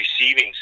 receiving